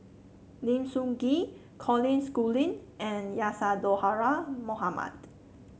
Lim Sun Gee Colin Schooling and Isadhora Mohamed